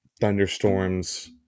thunderstorms